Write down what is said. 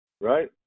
right